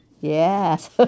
Yes